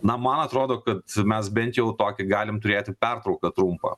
na man atrodo kad mes bent jau tokį galim turėti pertrauką trumpą